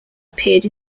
appeared